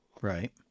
Right